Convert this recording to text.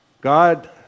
God